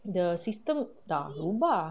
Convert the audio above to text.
the system dah berubah